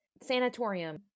Sanatorium